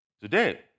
today